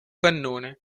cannone